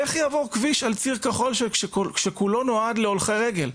איך יעבור כביש על ציר כחול שכולו נועד להולכי רגל?